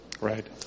Right